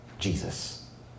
Jesus